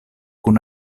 kun